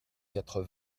quatre